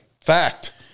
Fact